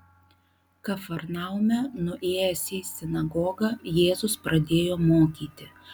kafarnaume nuėjęs į sinagogą jėzus pradėjo mokyti